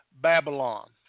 Babylon